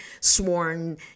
sworn